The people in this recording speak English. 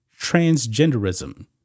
transgenderism